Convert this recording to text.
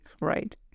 right